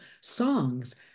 songs